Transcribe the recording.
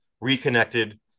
Reconnected